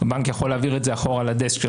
הבנק יכול להעביר את זה אחורה לדסק של